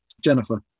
Jennifer